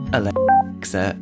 Alexa